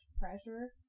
pressure